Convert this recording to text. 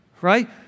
right